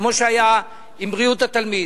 כמו שהיה עם בריאות התלמיד.